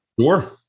Sure